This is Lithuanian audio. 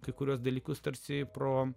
kai kuriuos dalykus tarsi pro